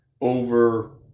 over